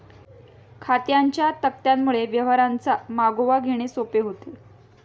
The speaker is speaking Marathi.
खात्यांच्या तक्त्यांमुळे व्यवहारांचा मागोवा घेणे सोपे होते